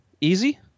Easy